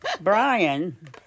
Brian